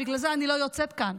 ובגלל זה אני לא יוצאת מכאן,